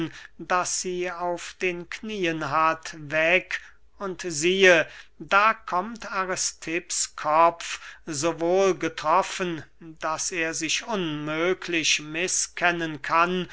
das sie auf den knieen hat weg und siehe da kommt aristipps kopf so wohl getroffen daß er sich unmöglich mißkennen kann